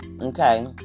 Okay